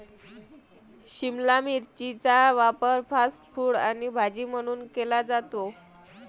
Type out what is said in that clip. शिमला मिरचीचा वापर fast food आणि भाजी म्हणून केला जातो